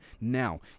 now